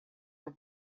were